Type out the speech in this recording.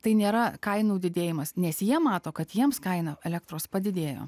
tai nėra kainų didėjimas nes jie mato kad jiems kaina elektros padidėjo